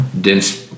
dense